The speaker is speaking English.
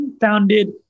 founded